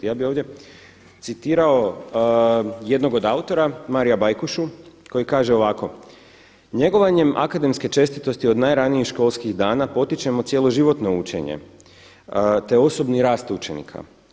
Ja bi ovdje citirao jednog od autora, Marija BAjkušu koji kaže ovako „Njegovanjem akademske čestitosti od najranijih školskih dana potičemo cjeloživotno učenje, te osobni rast učenika.